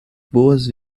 boas